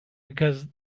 because